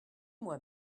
moi